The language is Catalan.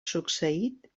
succeït